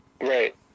Right